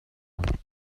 one